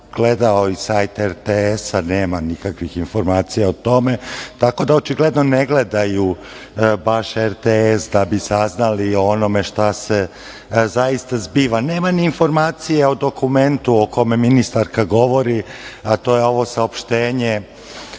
gledao i sajt RTS gde nema nikakvih informacija o tome. Tako da, očigledno ne gledaju baš RTS da bi saznali o onome šta se zaista zbiva. Nema ni informacija o dokumentu o kome ministarka govori, a to je ovo saopštenje